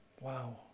Wow